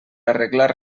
arreglar